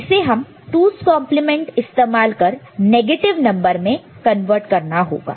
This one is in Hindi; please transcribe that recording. तो इसे हमें 2's कंप्लीमेंट 2's complement इस्तेमाल कर नेगेटिव नंबर में कन्वर्ट करना होगा